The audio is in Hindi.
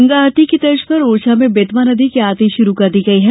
गंगा आरती की तर्ज पर ओरछा में बेतवा नदी की आरती शुरु कर दी गई है